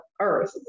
earth